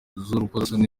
z’urukozasoni